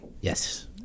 Yes